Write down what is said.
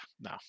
No